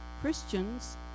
Christians